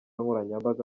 nkoranyambaga